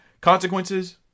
Consequences